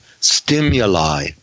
stimuli